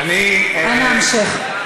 אנא המשך.